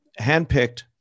handpicked